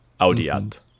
audiat